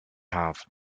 have